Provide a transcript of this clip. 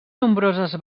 nombroses